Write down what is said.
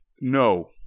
No